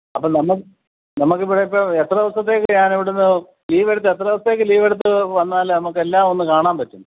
അപ്പോള് നമുക്കിവിടെ ഇപ്പോള് എത്ര ദിവസത്തേക്ക് ഞാൻ ഇവിടെനിന്ന് ലീവ് എടുത്ത് എത്ര ദിവസത്തേക്ക് ലീവ് എടുത്ത് വന്നാല് നമുക്ക് എല്ലാമൊന്ന് കാണാൻ പറ്റും